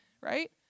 right